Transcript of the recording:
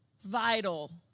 vital